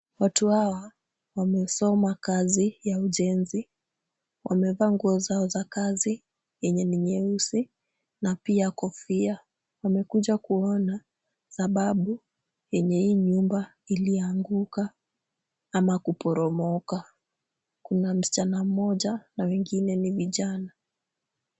Watu hawa wamesoma kazi ya ujenzi, wamevaa nguo zao za kazi yenye ni nyeusi na pia kofia. Wamekuja kuona sababu yenye hii nyumba ilianguka ama kuporomoka. Kuna msichana mmoja na wengine ni vijana.